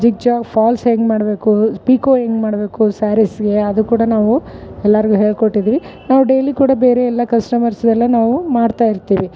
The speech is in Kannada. ಜಿಗ್ ಜ್ಯಾಗ್ ಫಾಲ್ಸ್ ಹೆಂಗೆ ಮಾಡಬೇಕು ಪಿಕೋ ಹೆಂಗೆ ಮಾಡಬೇಕು ಸಾರಿಸ್ಗೆ ಅದು ಕೂಡ ನಾವು ಎಲ್ಲಾರಿಗು ಹೇಳಿಕೊಟ್ಟಿದೀವಿ ನಾವು ಡೇಲಿ ಕೂಡ ಬೇರೆಯೆಲ್ಲ ಕಸ್ಟಮರ್ಸೆಲ್ಲ ನಾವು ಮಾಡ್ತಾ ಇರ್ತೀವಿ